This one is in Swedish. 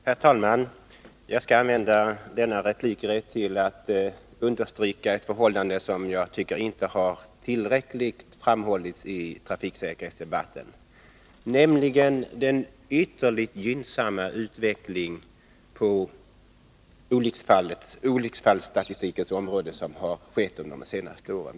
Herr talman! Jag skall använda denna replik till att understryka ett förhållande som jag tycker inte har tillräckligt framhållits i trafiksäkerhetsdebatten, nämligen den ytterligt gynnsamma utveckling på olycksfallsstatistikens område som har skett under de senaste åren.